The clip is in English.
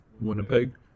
winnipeg